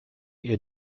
ihr